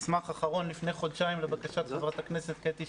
כאשר המסמך האחרון הוצא לפני כחודשיים לבקשת חברת הכנסת קטי שטרית.